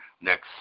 next